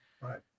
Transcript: Right